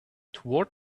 toward